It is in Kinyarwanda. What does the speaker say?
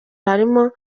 harimo